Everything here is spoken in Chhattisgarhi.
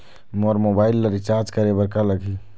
मोर मोबाइल ला रिचार्ज करे बर का लगही?